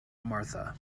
martha